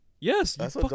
yes